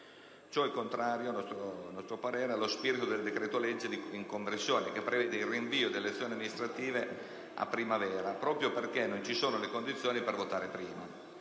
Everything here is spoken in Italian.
a nostro parere, allo spirito del decreto-legge in conversione, che prevede il rinvio delle elezioni amministrative a primavera, proprio perché non ci sono le condizioni per votare prima.